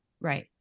Right